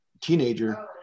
teenager